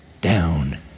down